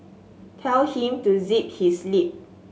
tell him to zip his lip